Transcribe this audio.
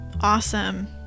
Awesome